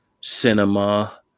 cinema